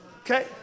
Okay